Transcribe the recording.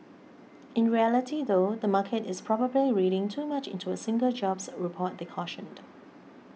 in reality though the market is probably reading too much into a single jobs report they cautioned